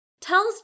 tells